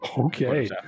Okay